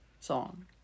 song